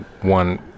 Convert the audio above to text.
one